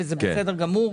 זה בסדר גמור.